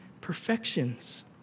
perfections